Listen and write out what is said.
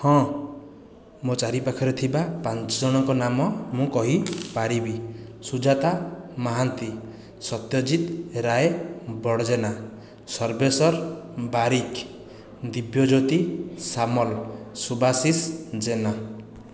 ହଁ ମୋ ଚାରିପାଖରେ ଥିବା ପାଞ୍ଚ ଜଣଙ୍କ ନାମ ମୁଁ କହିପାରିବି ସୁଜାତା ମାହାନ୍ତି ସତ୍ୟଜିତ ରାଏ ବଡ଼ଜେନା ସର୍ବେଶ୍ଵର ବାରିକ ଦିବ୍ୟଜୋତି ସାମଲ ସୁବାଶିଷ ଜେନା